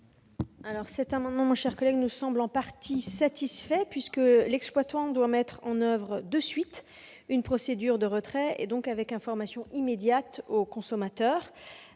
? Cet amendement, mon cher collègue, me semble en partie satisfait puisque l'exploitant doit mettre en oeuvre de suite une procédure de retrait et en informer immédiatement les consommateurs.